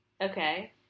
Okay